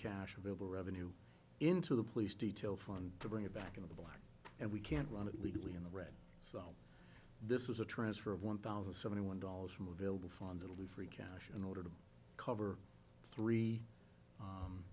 cash available revenue into the police detail fund to bring it back into the black and we can't run it legally in the red so this was a transfer of one thousand seventy one dollars from available funds will be free cash in order to cover three